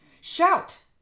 Shout